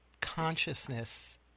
consciousness